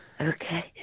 Okay